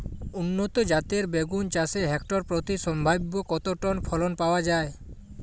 উন্নত জাতের বেগুন চাষে হেক্টর প্রতি সম্ভাব্য কত টন ফলন পাওয়া যায়?